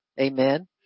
Amen